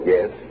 Yes